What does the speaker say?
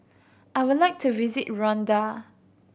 I would like to visit Rwanda